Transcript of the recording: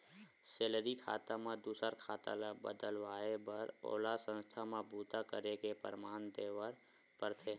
salary खाता म दूसर खाता ल बदलवाए बर ओला संस्था म बूता करे के परमान देबर परथे